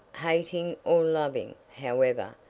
hating or loving, however,